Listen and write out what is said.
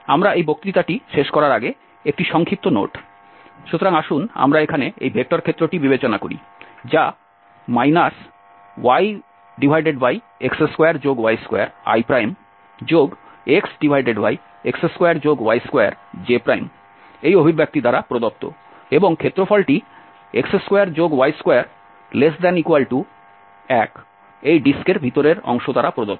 আমরা এই বক্তৃতাটি শেষ করার আগে একটি সংক্ষিপ্ত নোট সুতরাং আসুন আমরা এখানে এই ভেক্টর ক্ষেত্রটি বিবেচনা করি যা yx2y2ixx2y2j এই অভিব্যক্তি দ্বারা প্রদত্ত এবং ক্ষেত্রফলটি x2y2≤1 এই ডিস্কের ভিতরের অংশ দ্বারা প্রদত্ত